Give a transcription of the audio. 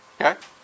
Okay